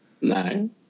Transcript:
No